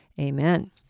Amen